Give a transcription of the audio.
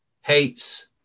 hates